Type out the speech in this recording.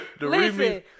Listen